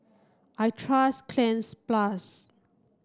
I trust Cleanz plus